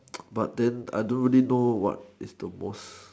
but then I don't really know what is the most